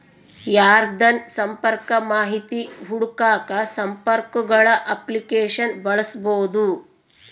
ಯಾರ್ದನ ಸಂಪರ್ಕ ಮಾಹಿತಿ ಹುಡುಕಾಕ ಸಂಪರ್ಕಗುಳ ಅಪ್ಲಿಕೇಶನ್ನ ಬಳಸ್ಬೋದು